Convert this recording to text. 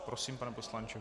Prosím, pane poslanče.